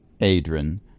adrian